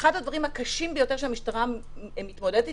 אחד הדברים הקשים ביותר שהמשטרה מתמודדת